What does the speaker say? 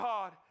God